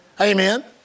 Amen